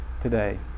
today